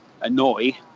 annoy